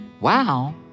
Wow